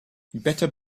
better